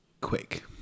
quick